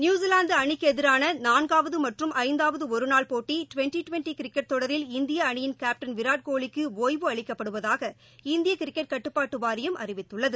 New Zealand அணிக்கு எதிரான நான்காவது மற்றும் ஐந்தாவது ஒரு நாள் போட்டி டுவென்டி டுவென்டி கிரிக்கெட் தொடரில் இந்திய அணியின் கேப்டன் விராட் கோலிக்கு ஓய்வு அளிக்கப்படுவதாக இந்திய கிரிக்கெட் கட்டுப்பாட்டு வாரியம் அறிவித்துள்ளது